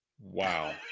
Wow